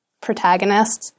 protagonist's